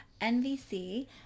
NVC